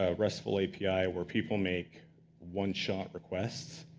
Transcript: ah restful api, where people make one-shot requests,